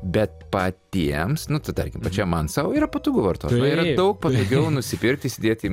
bet patiems nu tai tarkim pačiam man savo yra patogu vartot yra daug pajėgiau nusipirkti įsidėti į